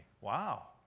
Wow